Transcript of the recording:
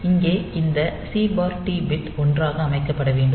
இங்கே இந்த CT bit 1 ஆக அமைக்கப்பட வேண்டும்